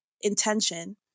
intention